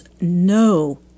no